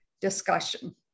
discussion